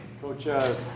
Coach